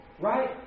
right